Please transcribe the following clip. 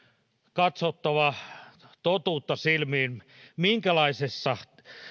katsottava totuutta silmiin minkälaisessa